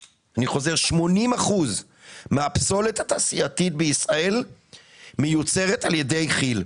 80% מהפסולת התעשייתית בישראל מיוצרת על ידי כ"יל,